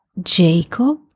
Jacob